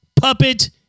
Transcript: puppet